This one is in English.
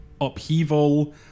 upheaval